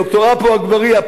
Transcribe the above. ד"ר עפו אגבאריה,